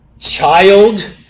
Child